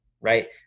right